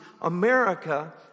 America